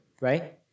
right